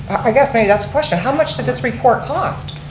i guess maybe that's a question. how much did this report cost?